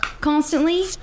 constantly